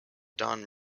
don